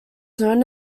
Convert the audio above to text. known